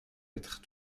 être